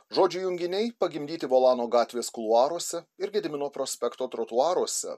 žodžių junginiai pagimdyti volano gatvės kuluaruose ir gedimino prospekto trotuaruose